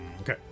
Okay